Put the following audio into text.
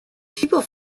people